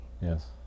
Yes